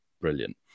Brilliant